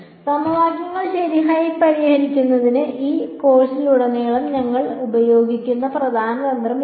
സമവാക്യങ്ങൾ ശരിയായി പരിഹരിക്കുന്നതിന് ഈ കോഴ്സിലുടനീളം ഞങ്ങൾ ഉപയോഗിക്കുന്ന പ്രധാന തന്ത്രം ഇതാണ്